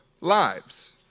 lives